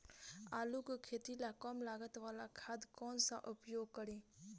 आलू के खेती ला कम लागत वाला खाद कौन सा उपयोग करी?